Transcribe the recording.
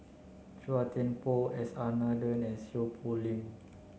Chua Thian Poh S R Nathan and Seow Poh Leng